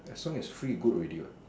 as long as free good already what